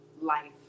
life